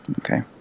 Okay